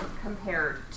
compared